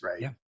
right